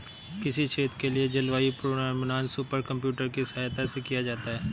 किसी क्षेत्र के लिए जलवायु पूर्वानुमान सुपर कंप्यूटर की सहायता से किया जाता है